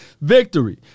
Victory